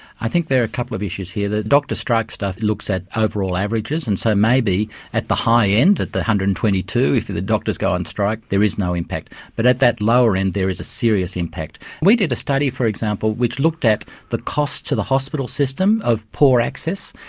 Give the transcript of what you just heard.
i think there are a couple of issues here. the doctor strike stuff looks at ah overall averages, and so maybe at the high end, at the one hundred and twenty two, if the the doctors go on and strike there is no impact, but at that lower end there is a serious impact. we did a study, for example, which looked at the cost to the hospital system of poor access,